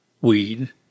weed